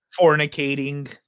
fornicating